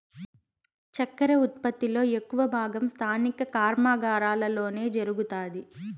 చక్కర ఉత్పత్తి లో ఎక్కువ భాగం స్థానిక కర్మాగారాలలోనే జరుగుతాది